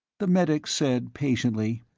the medic said patiently,